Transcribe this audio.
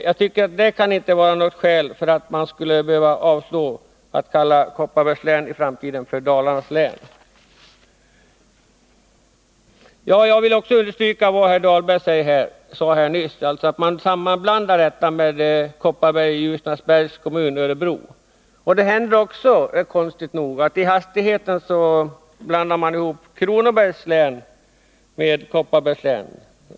Jag tycker att detta inte kan vara något skäl för att behöva avslå förslaget om att kalla Kopparbergs län Dalarnas län i framtiden. Jag vill också understryka vad herr Dahlberg sade här nyss, att det ibland sker en sammanblandning med Kopparberg i Ljusnarsbergs kommun i Örebro län. Det händer också konstigt nog att man i hastigheten blandar ihop Kronobergs län med Kopparbergs län.